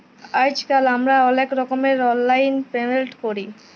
আইজকাল আমরা অলেক রকমের অললাইল পেমেল্ট ক্যরি